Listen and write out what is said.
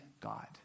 God